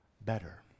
better